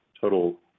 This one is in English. total